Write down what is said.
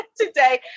today